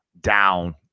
down